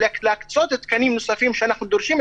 להקצות תקנים נוספים שאנחנו דורשים.